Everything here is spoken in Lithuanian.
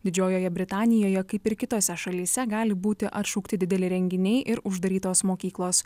didžiojoje britanijoje kaip ir kitose šalyse gali būti atšaukti dideli renginiai ir uždarytos mokyklos